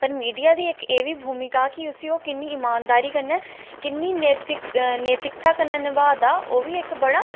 पर मीडिया दी इक एह् वी भूमिका कि उस्सी ओह् किन्नी ईमानदारी कन्नै किन्नी नैतिक नैतिकता कन्नै नभादा ओह्बी इक बड़ा